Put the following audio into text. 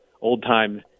old-time